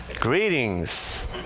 greetings